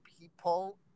people